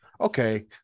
Okay